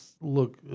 look